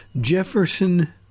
Jefferson